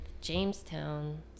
Jamestown